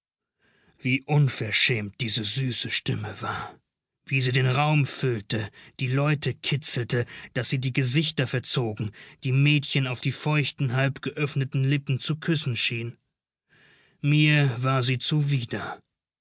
wie unverschämt diese süße stimme war wie sie den raum füllte die leute kitzelte daß sie die gesichter verzogen die mädchen auf die feuchten halbgeöffneten lippen zu küssen schien mir war sie zuwider